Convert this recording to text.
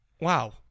Wow